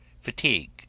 fatigue